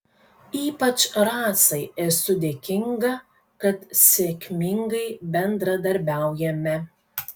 ypač rasai esu dėkinga kad sėkmingai bendradarbiaujame